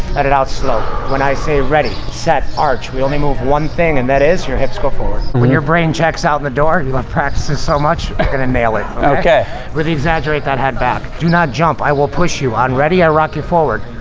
let it out slow. when i say ready, set, arch, we only move one thing and that is your hips go forward. when your brain checks out in the door, you love practicing so much you're gonna nail it. ok. really exaggerate that head back. do not jump. i will push you. on ready, i rock you forward.